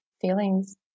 feelings